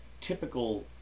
typical